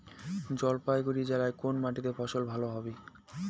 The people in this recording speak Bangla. জলপাইগুড়ি জেলায় কোন মাটিতে ফসল ভালো হবে?